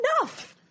enough